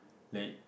like